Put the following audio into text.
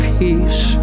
peace